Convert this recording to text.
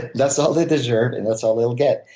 that's all they deserve and that's all they'll get.